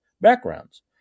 backgrounds